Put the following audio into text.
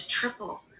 triple